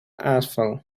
asphalt